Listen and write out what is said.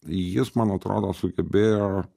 jis man atrodo sugebėjo